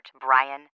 Brian